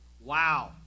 wow